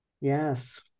Yes